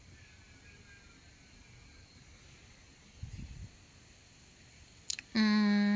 mm